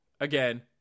again